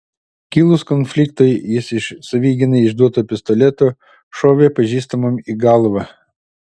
kilus konfliktui jis iš savigynai išduoto pistoleto šovė pažįstamam į galvą